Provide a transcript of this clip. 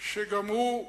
וגם הוא,